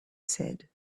said